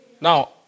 Now